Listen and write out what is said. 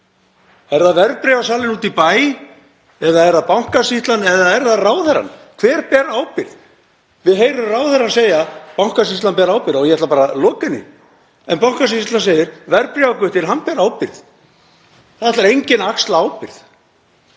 Er það verðbréfasalinn úti í bæ eða er það Bankasýslan eða er það ráðherrann? Hver ber ábyrgð? Við heyrum ráðherra segja: Bankasýslan ber ábyrgð og ég ætla bara að loka henni. En Bankasýslan segir: Verðbréfaguttinn ber ábyrgð. Það ætlar enginn að axla ábyrgð.